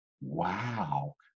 wow